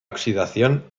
oxidación